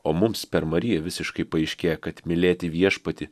o mums per mariją visiškai paaiškėja kad mylėti viešpatį